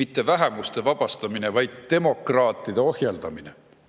mitte vähemuste vabastamine, vaid demokraatide ohjeldamine.